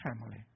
family